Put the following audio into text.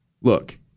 Look